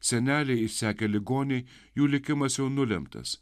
seneliai išsekę ligoniai jų likimas jau nulemtas